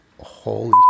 holy